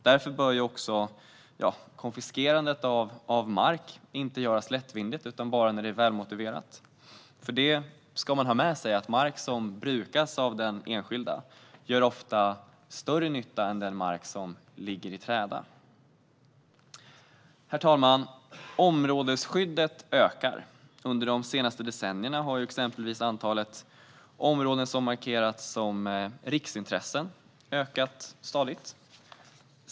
Därför bör också konfiskerandet av mark inte göras lättvindigt utan bara när det är välmotiverat. Man ska ha med sig att mark som brukas av den enskilda ofta gör större nytta än den mark som ligger i träda. Herr talman! Områdesskyddet ökar. Under de senaste decennierna har exempelvis antalet områden som markerats som riksintressen ökat stadigt.